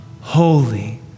holy